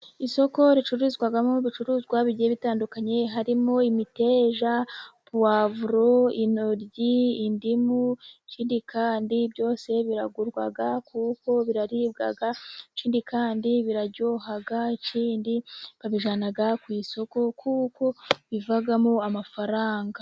Isoko ricururizwamo ibicuruzwa bigiye bitandukanye harimo: imiteja, pavuro ,intoryi, indimu, ikindi kandi byose biragurwa kuko biraribwa ,ikindi kandi biraryoha ikindi kandi babijyana ku isoko kuko bivamo amafaranga.